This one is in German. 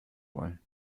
wollen